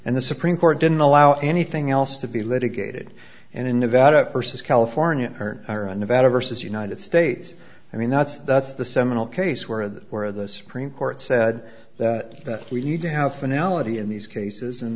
and the supreme court didn't allow anything else to be litigated and in nevada versus california turn nevada versus united states i mean that's that's the seminal case where the where the supreme court said that we need to have phonology in these cases